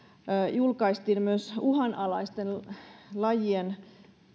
julkaistiin myös uhanalaisten lajien